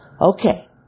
Okay